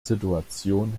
situation